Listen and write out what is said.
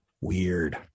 Weird